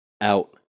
out